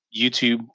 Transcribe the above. YouTube